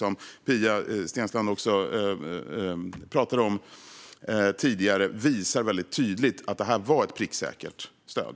Som Pia Nilsson tog upp visar utvärderingen väldigt tydligt att det här var ett pricksäkert stöd.